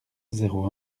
zéro